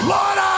Lord